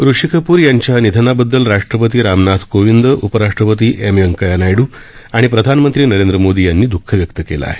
ऋषी कपूर यांच्या निधनाबददल राष्ट्रपती रामनाथ कोविंद उपराष्ट्रपती एम व्यंकय्या नायड्र आणि प्रधानमंत्री नरेंद्र मोदी यांनी दःख व्यक्त केलं आहे